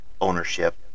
ownership